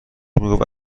میگفت